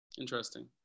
Interesting